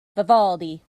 vivaldi